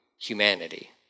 humanity